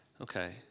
Okay